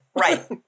Right